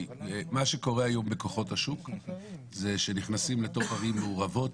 מה שקורה היום בשוק הוא שנכנסים לתוך ערים מעורבות,